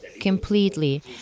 completely